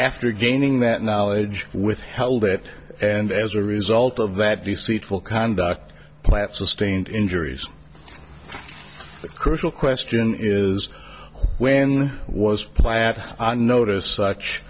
after gaining that knowledge withheld it and as a result of that deceitful conduct plant sustained injuries the crucial question is when was platt noticed such